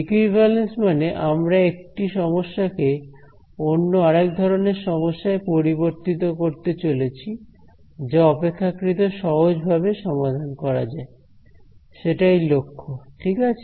equivalence মানে আমরা একটি সমস্যাকে অন্য আরেক ধরনের সমস্যায় পরিবর্তিত করতে চলেছি যা অপেক্ষাকৃত সহজ ভাবে সমাধান করা যায় সেটাই লক্ষ্য ঠিক আছে